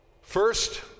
First